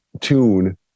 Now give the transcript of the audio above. tune